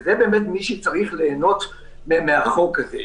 זה באמת מי שצריך ליהנות מן החוק הזה.